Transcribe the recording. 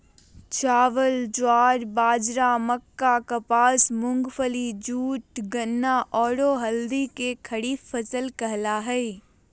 चावल, ज्वार, बाजरा, मक्का, कपास, मूंगफली, जूट, गन्ना, औरो हल्दी के खरीफ फसल कहला हइ